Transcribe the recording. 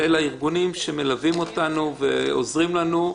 ולארגונים שמלווים אותנו ועוזרים לנו.